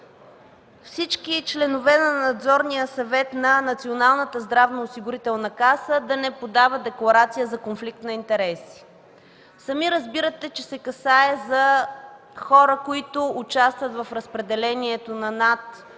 всички членове на Надзорния съвет на Националната здравноосигурителна каса да не подават декларация за конфликт на интереси. Сами разбирате, че се касае за хора, които участват в разпределението на над